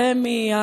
רמ"י,